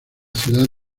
ciudad